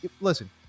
listen